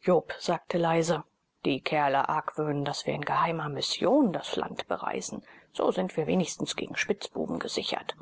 jobst sagte leise die kerle argwöhnen daß wir in geheimer mission das land bereisen so sind wir wenigstens gegen spitzbuben gesichert